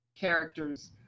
characters